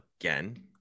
again